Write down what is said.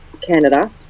canada